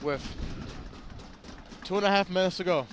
with two and a half minutes ago